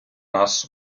нас